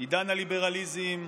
עידן הליברליזם,